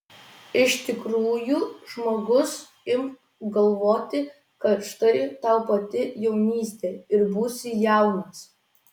iš tikrųjų žmogus imk galvoti kad štai tau pati jaunystė ir būsi jaunas